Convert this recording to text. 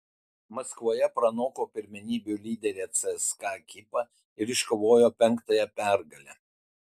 maskvoje pranoko pirmenybių lyderę cska ekipą ir iškovojo penktąją pergalę